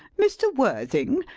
mr. worthing,